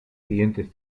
siguientes